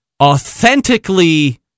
authentically